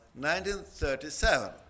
1937